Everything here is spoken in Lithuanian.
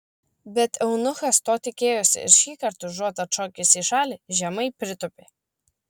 bet eunuchas to tikėjosi ir šį kartą užuot atšokęs į šalį žemai pritūpė